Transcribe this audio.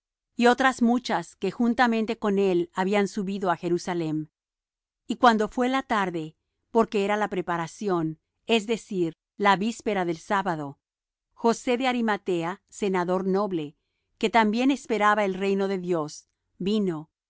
y otras muchas que juntamente con él habían subido á jerusalem y cuando fué la tarde porque era la preparación es decir la víspera del sábado josé de arimatea senador noble que también esperaba el reino de dios vino y